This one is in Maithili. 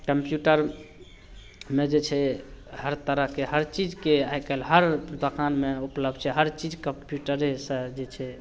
कम्प्यूटरमे जे छै हर तरहके हर चीजके आइकाल्हि हर दोकानमे उपलब्ध छै हर चीज कम्प्यूटरेसँ जे छै